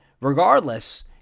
regardless